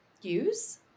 use